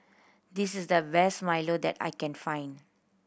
this is the best milo that I can find